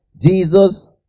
Jesus